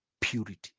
purity